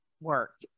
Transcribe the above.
work